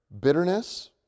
bitterness